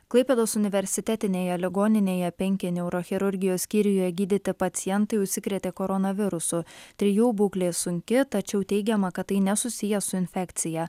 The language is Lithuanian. klaipėdos universitetinėje ligoninėje penki neurochirurgijos skyriuje gydyti pacientai užsikrėtė koronavirusu trijų būklė sunki tačiau teigiama kad tai nesusiję su infekcija